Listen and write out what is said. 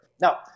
Now